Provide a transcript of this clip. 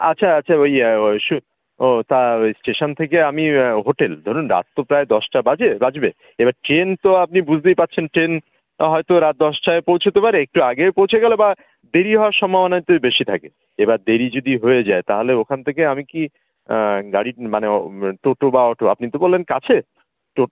আচ্ছা আচ্ছা ওই ও সু ও তা ওই স্টেশন থেকে আমি হোটেল ধরুন রাত তো প্রায় দশটা বাজে বাজবে এবার ট্রেন তো আপনি বুঝতেই পারছেন ট্রেন হয়তো রাত দশটায় পৌঁছতে পারে একটু আগেও পৌঁছে গেল বা দেরি হওয়ার সম্ভাবনাটাই বেশি থাকে এবার দেরি যদি হয়ে যায় তাহলে ওখান থেকে আমি কি গাড়ির মানে ও টোটো বা অটো আপনি তো বললেন কাছে তো